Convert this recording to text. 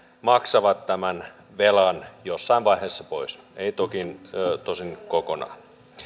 maksavat tämän velan jossain vaiheessa pois eivät tosin kokonaan